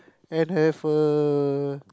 and have a